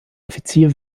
offizier